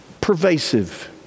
pervasive